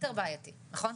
יותר בעייתי, נכון?